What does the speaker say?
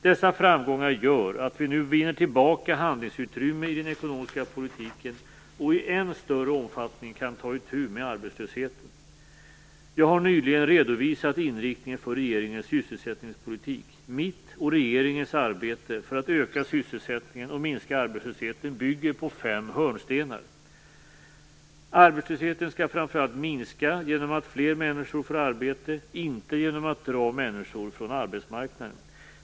Dessa framgångar gör att vi nu vinner tillbaka handlingsutrymme i den ekonomiska politiken och i än större omfattning kan ta itu med arbetslösheten. Jag har nyligen redovisat inriktningen för regeringens sysselsättningspolitik. Mitt - och regeringens - arbete för att öka sysselsättningen och minska arbetslösheten bygger på fem hörnstenar: Arbetslösheten skall minska framför allt genom att fler människor får arbete - inte genom att dra människor ifrån arbetsmarknaden.